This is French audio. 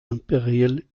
imperial